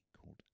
called